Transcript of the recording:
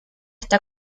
está